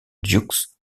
dux